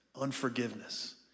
Unforgiveness